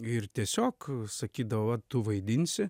ir tiesiog sakydavova tu vaidinsi